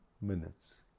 minutes